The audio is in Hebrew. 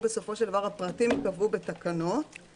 הפרטים ייקבעו בתקנות בסופו של דבר.